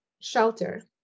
shelter